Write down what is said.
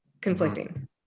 conflicting